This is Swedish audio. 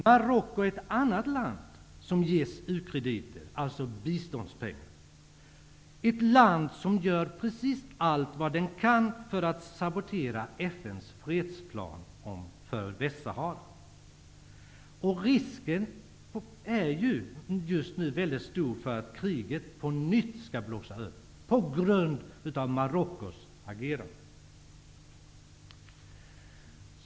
Marocko är ett annat land som ges u-krediter, alltså biståndspengar, men som gör allt för att sabotera FN:s fredsplan för Västsahara. Risken är just nu väldigt stor för att kriget på nytt skall blossa upp på grund av Marockos agerande.